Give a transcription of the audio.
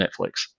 Netflix